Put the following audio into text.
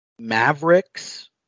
Mavericks